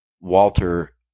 Walter